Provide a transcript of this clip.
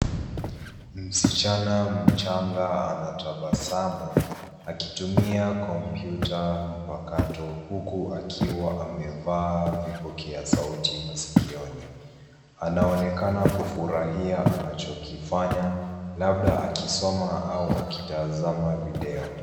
Msichana mchanga anatabasamu akitumia kompyuta mpakato huku akiwa amevaa vipokea sauti masikioni, anaonekana kufurahia anachokifanya labda akisoma au akitazama video.